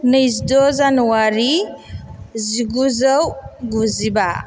नैजिद' जानुवारि जिगुजौ गुजिबा